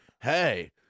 hey